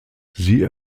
sie